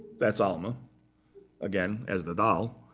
that's alma again, as the doll,